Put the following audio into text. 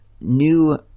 new